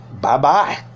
Bye-bye